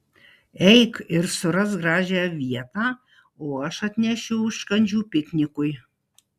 eik ir surask gražią vietą o aš atnešiu užkandžių piknikui